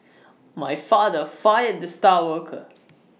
my father fired the star worker